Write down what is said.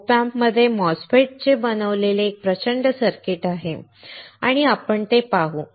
OP Amps मध्ये MOSFETS चे बनलेले एक प्रचंड सर्किट आहे आणि आपण ते पाहू